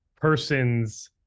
person's